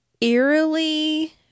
eerily